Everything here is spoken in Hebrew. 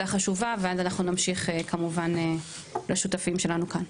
חשובה ואז אנחנו נמשיך כמובן לשותפים שלנו כאן.